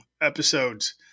episodes